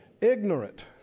Ignorant